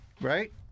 Right